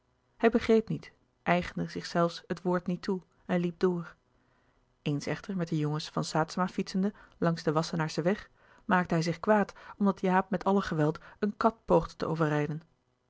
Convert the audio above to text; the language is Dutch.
hij begreep niet eigende zich zelfs het woord niet toe en liep door eens echter met de jongens van saetzema fietsende langs den wassenaarschen weg maakte hij zich kwaad omdat jaap met alle geweld een kat poogde te overrijden